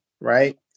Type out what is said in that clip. right